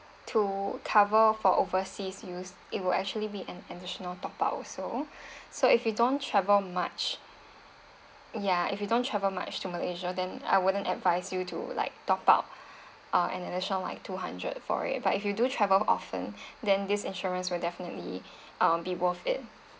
to cover for overseas use it will actually be an additional top up also so if you don't travel much yeah if you don't travel much to malaysia then I wouldn't advise you to like top up uh an addition like two hundred for it but if you do travel often then this insurance will definitely uh be worth it